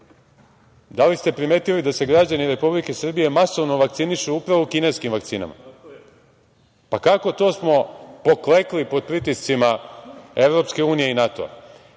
Da li ste primetili da se građani Republike Srbije masovno vakcinišu upravo kineskim vakcinama? Pa, kako smo to poklekli pod pritiscima EU i NATO-a?